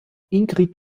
ingrid